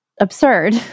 absurd